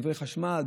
לדברי חשמל,